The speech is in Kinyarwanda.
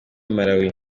malawi